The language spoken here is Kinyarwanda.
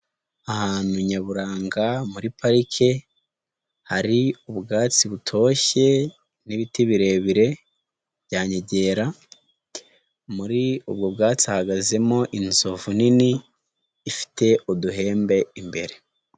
Ahantu nyaburanga muri parike, hari ubwatsi butoshye, n'ibiti birebire bya nyegera, muri ubwo bwatsi hahagazemo inzovu nini ifite uduhembe imbere.